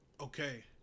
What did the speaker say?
Okay